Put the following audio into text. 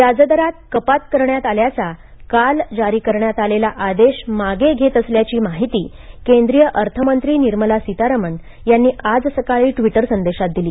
व्याजदरांत कपात करण्यात आल्याचा काल जारी करण्यात आलेला आदेश मागे घेत असल्याची माहिती केंद्रिय अर्थमंत्री निर्मला सीतारमण यांनी आज सकाळी ट्विटर संदेशांत दिली